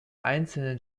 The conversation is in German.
einzelnen